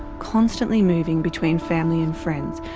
constantly moving between family and friends,